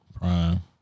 Prime